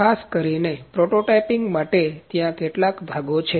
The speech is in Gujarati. ખાસ કરીને પ્રોટોટાઇપીંગ માટે ત્યાં કેટલાક ભાગો છે